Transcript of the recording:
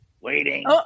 waiting